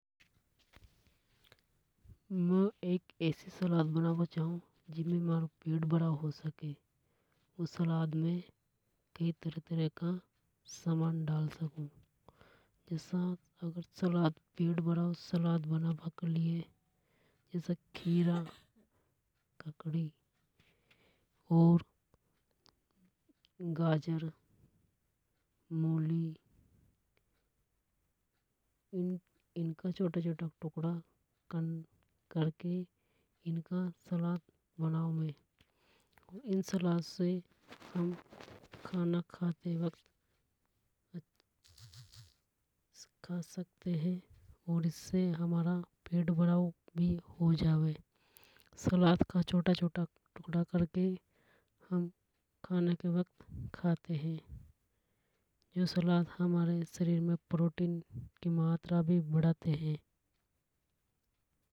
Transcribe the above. मु एक ऐसी सलाद बनाबो चाव जीमे मारो पेट भराव हो सके उन सलाद में कई तरह तरह का सामान डाल सकू जसा पेट भराव सलाद बनाबा के लिए जसा खीरा। ककड़ी और गाजर मूली इनका छोटा छोटा टुकड़ा करके इनका सलाद बनाऊ में इन सलाद से हम खाना खाते वक्त खा सकते है। और इससे हमारा पेट भराव भी हो जावे सलाद का छोटा छोटा टुकड़ा करके हम खाने के वक्त खाते हे। जो सलाद हमारे शरीर में प्रोटीन की मात्रा भी बढ़ाते है।